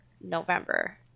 November